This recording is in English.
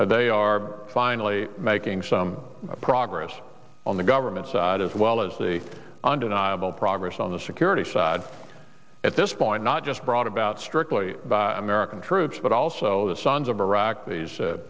year they are finally making some progress on the government side as well as the undeniable progress on the security side at this point not just brought about strictly by american troops but also the sons of iraq the